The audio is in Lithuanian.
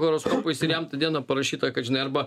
horoskopais ir jam tą dieną parašyta kad žinai arba